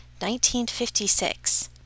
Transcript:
1956